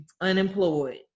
unemployed